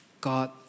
God